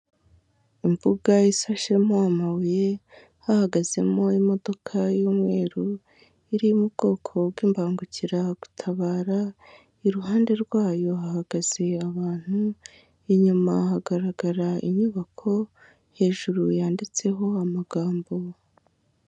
Imbuga ishashemo amabuye hahagazemo imodoka y'umweru, iri mu bwoko bw'imbangukiragutabara, iruhande rwayo hahagaze abantu, inyuma hagaragara inyubako hejuru yanditseho amagambo.